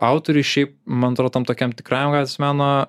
autoriui šiaip man atrodo tam tokiam tikram gatvės meno